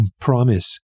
Promise